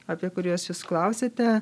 apie kuriuos jūs klausiate